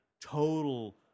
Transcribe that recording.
total